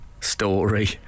story